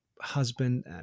husband